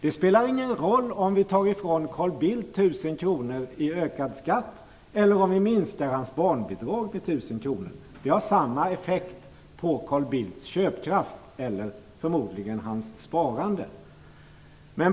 Det spelar ingen roll om vi tar ifrån Carl Bildt 1 000 kr genom ökad skatt eller om vi minskar hans barnbidrag med 1 000 kr. Det får samma effekt på Carl Bildts köpkraft eller - förmodligen - hans sparande.